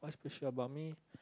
special about me